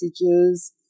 messages